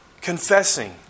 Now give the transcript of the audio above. confessing